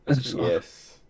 Yes